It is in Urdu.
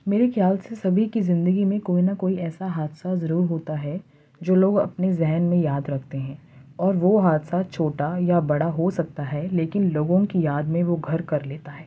میرے خیال سے سبھی کی زندگی میں کوئی نہ کوئی ایسا حادثہ ضرور ہوتا ہے جو لوگ اپنی ذہن میں یاد رکھتے ہیں اور وہ حادثہ چھوٹا یا بڑا ہو سکتا ہے لیکن لوگوں کی یاد میں وہ گھر کر لیتا ہے